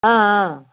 ஆ ஆ